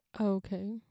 Okay